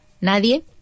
nadie